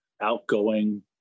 outgoing